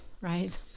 right